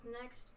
next